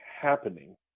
happening